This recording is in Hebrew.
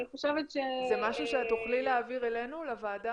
אני חושבת ש --- זה משהו שאת תוכלי להעביר אלינו לוועדה?